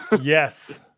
yes